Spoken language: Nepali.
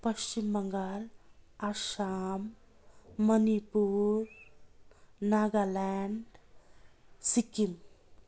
पश्चिम बङ्गाल असम मणिपुर नागाल्यान्ड सिक्किम